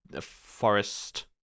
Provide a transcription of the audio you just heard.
forest